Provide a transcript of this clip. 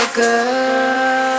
Girl